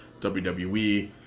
WWE